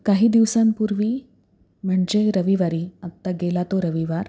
काही दिवसांपूर्वी म्हणजे रविवारी आत्ता गेला तो रविवार